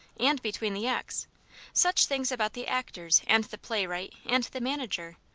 and between the acts such things about the actors and the playwright and the manager,